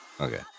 Okay